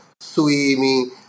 swimming